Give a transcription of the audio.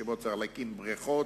שבו צריך להקים בריכות,